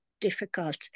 difficult